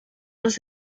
los